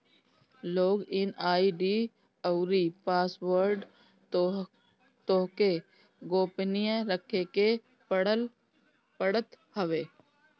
log in ID अउरी password तोहके गोपनीय रखे के पड़त हवे